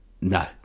no